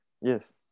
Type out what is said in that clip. Yes